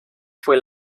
fue